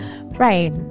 Right